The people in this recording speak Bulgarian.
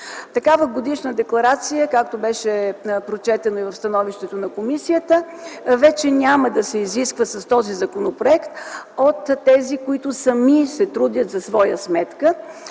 Такава годишна декларация, както беше прочетено и в становището на комисията, вече няма да се изисква с този законопроект от тези, които сами се трудят за своя сметка.